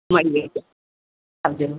મળીએ આવજો